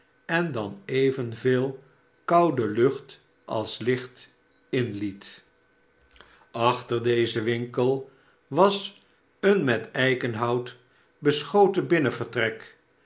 en dan evenveel koude lucht als licht inliet achter gabriel varden thuis xlezen winkel was een met eikenhout beschoten